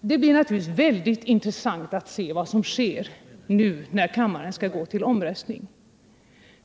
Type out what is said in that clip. Det blir mycket intressant att se vad som sker nu när kammaren skall gå till omröstning.